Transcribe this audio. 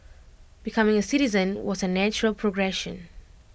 becoming A citizen was A natural progression